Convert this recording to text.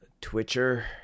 Twitcher